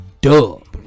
dub